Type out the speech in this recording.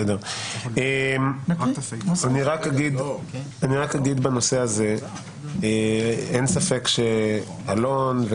רק אגיד בנושא הזה שאין ספק שאלון,